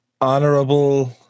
Honorable